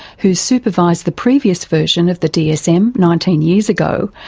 who supervised the previous version of the dsm nineteen years ago,